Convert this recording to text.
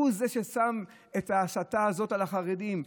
הוא זה ששם את ההסתה הזאת על החרדים.